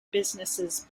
businesses